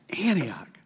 Antioch